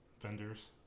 vendors